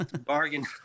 Bargain